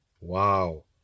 Wow